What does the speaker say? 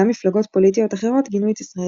גם מפלגות פוליטיות אחרות גינו את ישראל